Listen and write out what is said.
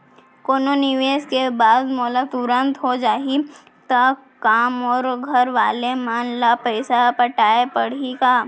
कोनो निवेश के बाद मोला तुरंत हो जाही ता का मोर घरवाले मन ला पइसा पटाय पड़ही का?